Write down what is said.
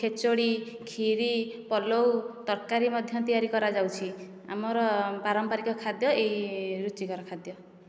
ଖେଚୋଡ଼ି ଖିରୀ ପଲଉ ତରକାରୀ ମଧ୍ୟ ତିଆରି କରାଯାଉଛି ଆମର ପାରମ୍ପରିକ ଖାଦ୍ୟ ଏଇ ରୁଚିକର ଖାଦ୍ୟ